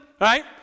right